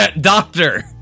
doctor